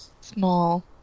Small